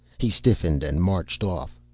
he stiffened and marched off.